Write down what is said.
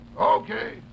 Okay